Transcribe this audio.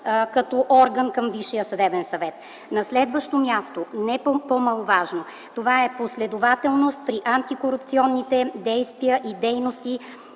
като орган към Висшия съдебен съвет. На следващо място, не по-маловажно, това е последователност в антикорупционните действия и дейности